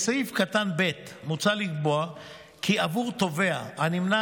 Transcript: בסעיף קטן (ב) מוצע לקבוע כי עבור תובע הנמנה